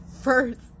first